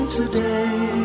today